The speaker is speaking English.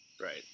Right